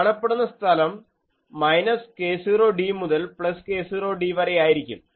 കാണപ്പെടുന്ന സ്ഥലം minus k0d മുതൽ പ്ലസ് k0d വരെയായിരിക്കും